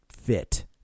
fit